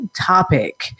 topic